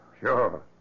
Sure